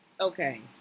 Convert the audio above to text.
Okay